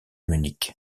munich